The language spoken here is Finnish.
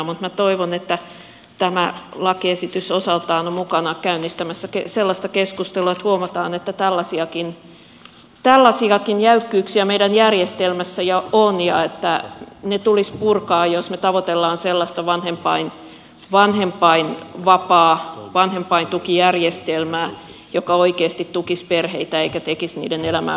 mutta minä toivon että tämä lakiesitys osaltaan on mukana käynnistämässä sellaista keskustelua että huomataan että tällaisiakin jäykkyyksiä meidän järjestelmässä jo on ja että ne tulisi purkaa jos me tavoittelemme sellaista vanhempainvapaa vanhempaintukijärjestelmää joka oikeasti tukisi perheitä eikä tekisi niiden elämää